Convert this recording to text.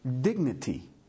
dignity